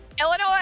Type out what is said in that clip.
Illinois